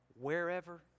wherever